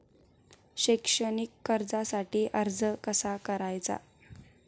शैक्षणिक कर्जासाठी अर्ज कसा करायचा?